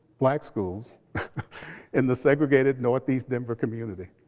black schools in the segregated northeast denver community.